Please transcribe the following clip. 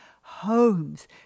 homes